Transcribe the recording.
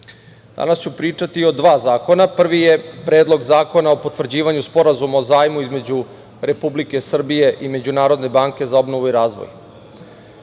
ću pričati o dva zakona. Prvi je Predlog zakona o Potvrđivanju sporazuma o zajmu između Republike Srbije i Međunarodne banke za obnovu i razvoj. Stara